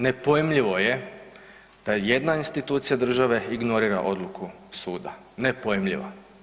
Nepojmljivo je da jedna institucija države ignorira odluku suda, nepojmljivo.